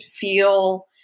feel